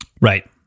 Right